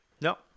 No